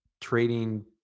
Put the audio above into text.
trading